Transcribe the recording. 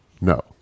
No